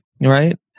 right